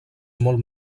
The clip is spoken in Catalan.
molt